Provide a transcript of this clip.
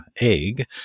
egg